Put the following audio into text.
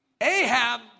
Ahab